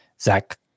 Zach